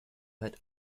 had